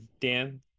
Dan